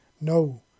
No